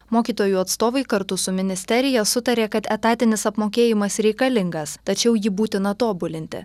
mokytojų atstovai kartu su ministerija sutarė kad etatinis apmokėjimas reikalingas tačiau jį būtina tobulinti